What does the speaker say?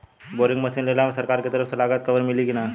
Boring machine लेला मे सरकार के तरफ से लागत कवर मिली की नाही?